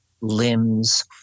limbs